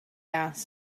asked